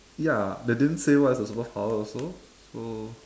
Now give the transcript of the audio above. ya they didn't say what is the superpower also so